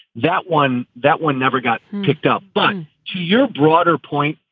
that one that one never got picked up. but to your broader point,